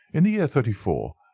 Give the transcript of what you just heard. in the year thirty four.